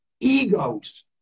Egos